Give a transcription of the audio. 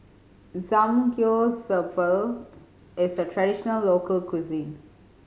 Samgyeopsal is a traditional local cuisine